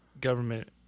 government